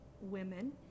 women